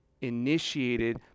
initiated